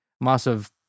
massive